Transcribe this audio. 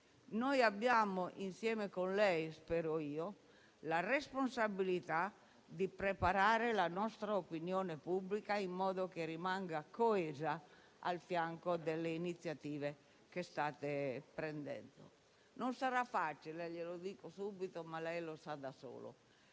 lei, signor Presidente del Consiglio - la responsabilità di preparare la nostra opinione pubblica in modo che rimanga coesa al fianco delle iniziative che state prendendo. Non sarà facile - glielo dico subito - ma lei lo sa da solo.